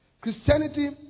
Christianity